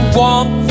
want